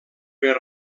per